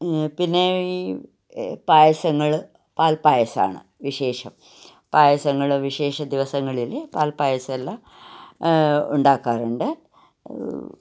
പിന്നെ ഈ പായസങ്ങൾ പാൽപ്പായസമാണ് വിശേഷം പായസങ്ങൾ വിശേഷ ദിവസങ്ങളിൽ പാൽപായസമെല്ലാം ഉണ്ടാക്കാറുണ്ട്